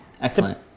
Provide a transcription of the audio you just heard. Excellent